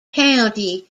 county